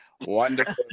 wonderful